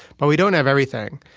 but we don't have everything.